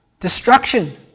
destruction